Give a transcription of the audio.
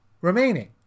remaining